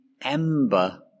ember